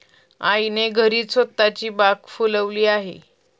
आईने घरीच स्वतःची बाग फुलवली आहे